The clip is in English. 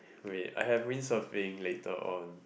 wait I have win surfing later on